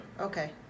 Okay